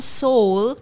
soul